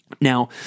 Now